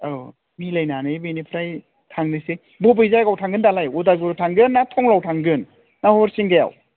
औ मिलायनानै बिनिफ्राय थांनोसै बबे जायगायाव थांगोन दालाय उदालगुरियाव थांगोन ना टंग्लायाव थांगोन ना हरिसिंगायाव